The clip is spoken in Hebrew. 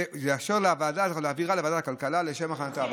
זה יאפשר להעביר לוועדת הכלכלה לשם הכנתה.